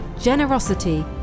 generosity